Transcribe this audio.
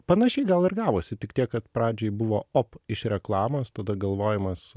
panašiai gal ir gavosi tik tiek kad pradžioj buvo op iš reklamos tada galvojimas